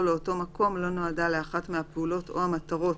לאותו מקום לא נועדה לאחת מהפעולות או המטרות